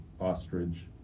ostrich